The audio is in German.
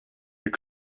ihr